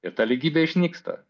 ir ta lygybė išnyksta